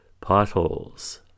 Potholes